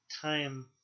time